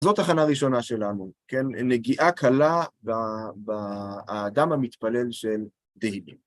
זו תחנה ראשונה שלנו, נגיעה קלה באדם המתפלל של דהיבים.